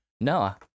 No